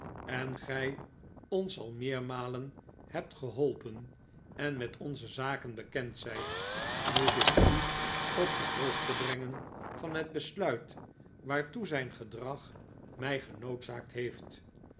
en gij ons al meermalen hebt geholpen en met onze zaken bekend zijt moet ik u op de hoogte brengen van het besluit waartoe zijn gedrag mij genoodzaakt heeft